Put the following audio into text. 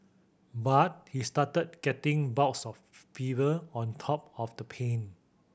but he started getting bouts of fever on top of the pain